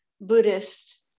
Buddhist